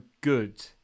good